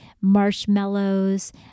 marshmallows